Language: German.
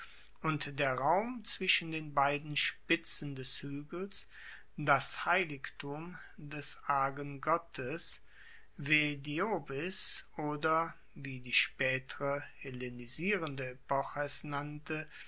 und der raum zwischen den beiden spitzen des huegels das heiligtum des argen gottes ve diovis oder wie die spaetere hellenisierende epoche es nannte